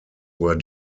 were